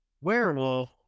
werewolf